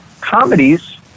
comedies